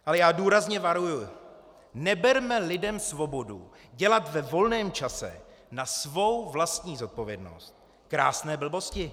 Ale já důrazně varuji neberme lidem svobodu dělat ve volném čase na svou vlastní zodpovědnost krásné blbosti.